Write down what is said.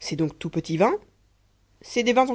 c'est donc tout petit vin c'est des vins